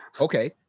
Okay